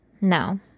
no